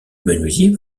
menuisier